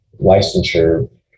licensure